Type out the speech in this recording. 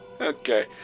okay